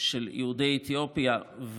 של יהודי אתיופיה.